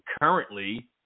currently